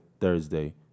thursday